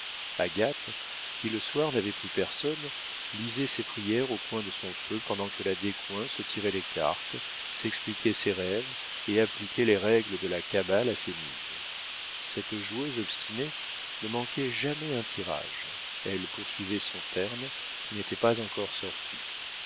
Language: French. agathe qui le soir n'avait plus personne lisait ses prières au coin de son feu pendant que la descoings se tirait les cartes s'expliquait ses rêves et appliquait les règles de la cabale à ses mises cette joueuse obstinée ne manquait jamais un tirage elle poursuivait son terne qui n'était pas encore sorti